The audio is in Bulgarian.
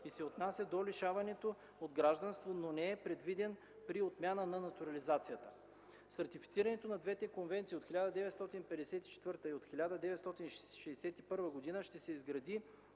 и се отнася до лишаването от гражданство, но не е предвиден при отмяната на натурализацията. С ратифицирането на двете конвенции от 1954 и от 1961 г. ще се изгради